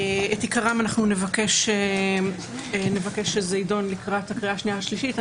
ועיקרם אנחנו נבקש שיידון לקראת הקריאה השנייה והקריאה השלישית.